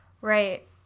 Right